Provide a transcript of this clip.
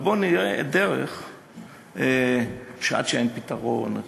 אבל בוא נראה דרך שעד שאין פתרון,